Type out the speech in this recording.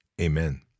Amen